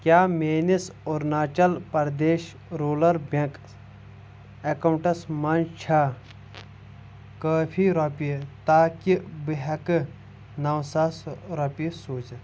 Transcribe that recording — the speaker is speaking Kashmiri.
کیٛاہ میٲنِس Arunachal Pradesh rural bank accounts منٛز چھ کٲفی رۄپیہِ تاکہِ بہٕ ہٮ۪کہٕ نو ساس رۄپیہِ سوٗزِتھ